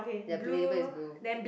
yup label is blue